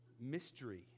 mystery